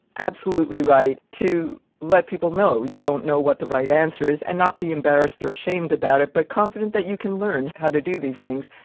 absolutely right to let people know you don't know what the right answer is and not be embarrassed or ashamed about it, but confident that you can learn how to do these things.